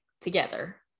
together